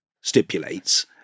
stipulates